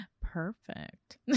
Perfect